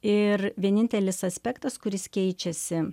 ir vienintelis aspektas kuris keičiasi